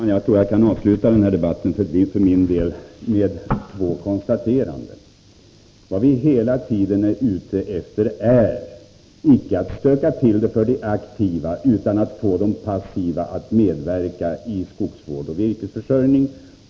Herr talman! Jag tror att jag för min del kan avsluta denna debatt med två konstateranden. För det första: Vad vi hela tiden är ute efter är icke att stöka till det för de aktiva, utan att få de passiva att medverka i skogsvård och virkesförsörjning.